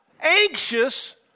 anxious